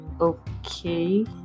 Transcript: okay